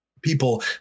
People